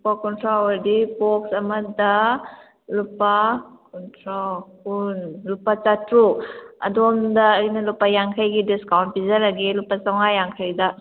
ꯂꯨꯄꯥ ꯀꯨꯟꯊ꯭ꯔꯥ ꯑꯣꯏꯔꯗꯤ ꯕꯣꯛꯁ ꯑꯃꯗ ꯂꯨꯄꯥ ꯀꯨꯟꯊ꯭ꯔꯥ ꯀꯨꯟ ꯂꯨꯄꯥ ꯆꯥꯇ꯭ꯔꯨꯛ ꯑꯗꯣꯝꯗ ꯑꯩꯅ ꯂꯨꯄꯥ ꯌꯥꯡꯈꯩꯒꯤ ꯗꯤꯁꯀꯥꯎꯟ ꯄꯤꯖꯔꯒꯦ ꯄꯨꯄꯥ ꯆꯥꯃꯝꯉꯥ ꯌꯥꯡꯈꯩꯗ